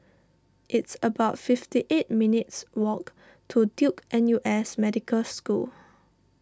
it's about fifty eight minutes' walk to Duke N U S Medical School